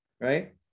Right